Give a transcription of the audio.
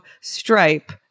Stripe